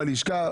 בלשכה.